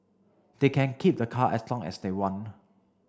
they can keep the car as long as they want